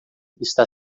está